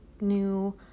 new